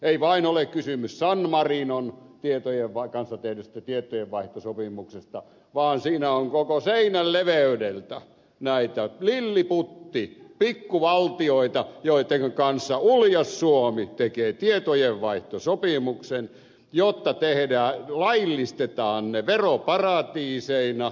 ei vain ole kysymys san marinon kanssa tehdystä tietojenvaihtosopimuksesta vaan siinä on koko seinän leveydeltä näitä lilliputti pikkuvaltioita joittenka kanssa uljas suomi tekee tietojenvaihtosopimuksen jotta laillistetaan ne veroparatiiseina